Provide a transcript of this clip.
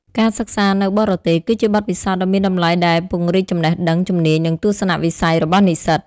ការសិក្សានៅបរទេស គឺជាបទពិសោធន៍ដ៏មានតម្លៃដែលពង្រីកចំណេះដឹង ជំនាញ និងទស្សនវិស័យរបស់និស្សិត។